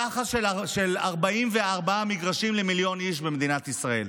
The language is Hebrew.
יחס של 44 מגרשים למיליון איש במדינת ישראל,